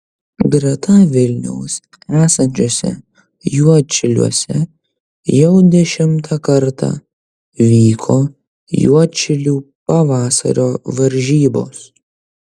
greta vilniaus esančiuose juodšiliuose jau dešimtą kartą vyko juodšilių pavasario varžybos